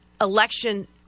election